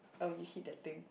oh you hit that thing